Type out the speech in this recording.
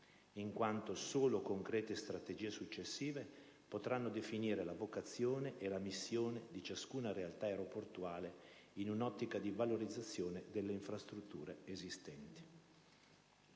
in quanto solo concrete strategie successive potranno definire la vocazione e la missione di ciascuna realtà aeroportuale in un'ottica di valorizzazione delle infrastrutture esistenti.